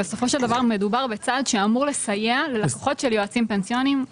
בסופו של דבר מדובר בסעד שאמור לסייע ללקוחות של יועצים פנסיוניים.